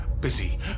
busy